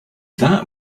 that